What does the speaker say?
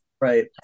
Right